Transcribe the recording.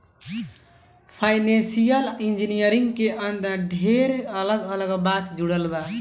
financial engineering के अंदर ढेरे अलग अलग बात जुड़ल बा